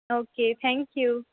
okay thank you